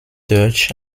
durch